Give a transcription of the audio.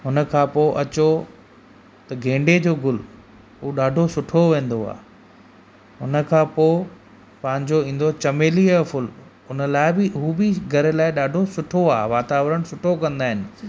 हुन खां पोइ अचो त गेंदे जो गुलु उहो ॾाढो सुठो वेंदो आहे हुन खां पोइ पंहिंजो ईंदो चमेलीअ जो फुल हुन लाइ बि हू बि घर लाइ ॾाढो सुठो आहे वातावरणु सुठो कंदा आहिनि